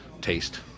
taste